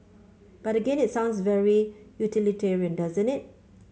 but again it sounds very utilitarian doesn't it